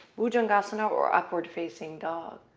bhujangasana, or upward facing dog.